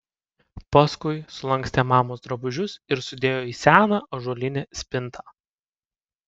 paskui sulankstė mamos drabužius ir sudėjo į seną ąžuolinę spintą